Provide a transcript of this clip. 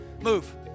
move